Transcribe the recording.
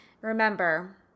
Remember